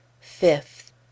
fifth